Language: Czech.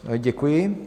Děkuji.